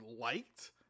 liked